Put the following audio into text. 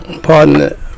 Pardon